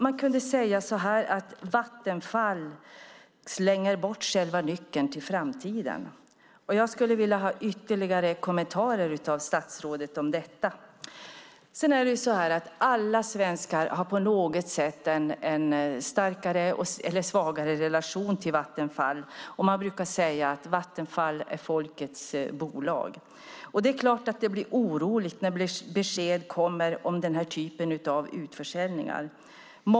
Man kan säga att Vattenfall slänger bort nyckeln till framtiden. Jag skulle vilja ha ytterligare kommentarer av statsrådet om detta. Alla svenskar har starkare eller svagare relation till Vattenfall. Man brukar säga att Vattenfall är folkets bolag. Givetvis blir det då oroligt när besked kommer om denna typ av utförsäljning.